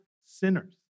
sinners